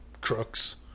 crooks